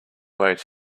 wait